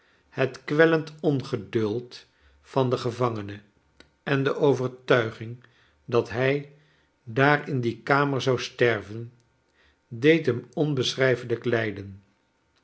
het kwellend ongeduld van den gevangene en de overtuiging dat hij daar in die kanier zou sterven deed hem onbeschrijfelijk lijden